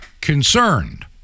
concerned